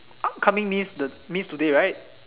upcoming means today right